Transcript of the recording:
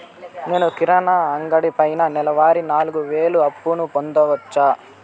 నేను కిరాణా అంగడి పైన నెలవారి నాలుగు వేలు అప్పును పొందొచ్చా?